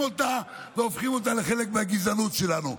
אותה והופכים אותה לחלק מהגזענות שלנו.